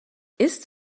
ist